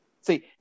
see